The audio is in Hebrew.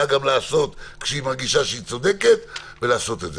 גם לעשות כשהיא מרגישה שהיא צודקת ולעשות את זה,